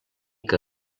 que